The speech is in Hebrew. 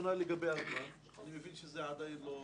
הראשונה לגבי הזמן אני מבין שזה עדיין לא